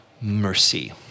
mercy